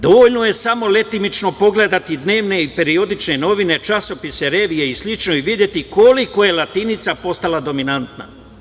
Dovoljno je samo letimično pogledati dnevne i periodične novine, časopise, revije i slično, i videti koliko je latinica postala dominantna.